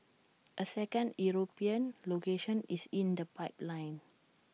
A second european location is in the pipeline